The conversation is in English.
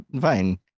fine